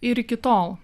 ir iki tol